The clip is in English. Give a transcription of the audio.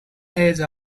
edge